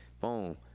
boom